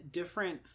different